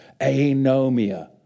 Anomia